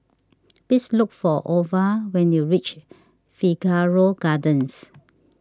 please look for Ova when you reach Figaro Gardens